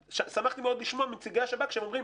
שמחתי מאוד לשמוע מנציגי השב"כ שהם אומרים: